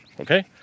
Okay